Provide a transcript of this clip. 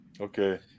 Okay